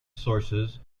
sources